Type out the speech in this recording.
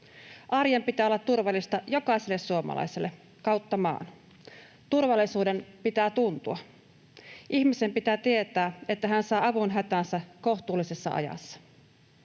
Arjen pitää olla turvallista jokaiselle suomalaiselle, kautta maan. Turvallisuuden pitää tuntua. Ihmisen pitää tietää, että hän saa avun hätäänsä kohtuullisessa ajassa.